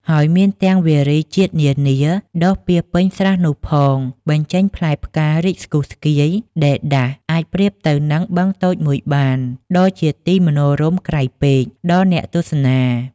ហើយមានទាំងវារីជាតិនានា ដុះពាសពេញស្រះនោះផង បញ្ចេញផ្លែផ្ការីកស្គុះស្គាយ ដេរដាស អាចប្រៀបទៅនឹងបឹងតូចមួយបាន ដ៏ជាទីមនោរម្យក្រៃពេក ដល់អ្នកទស្សនា ។